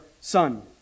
son